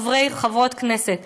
חברי וחברות הכנסת.